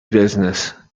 business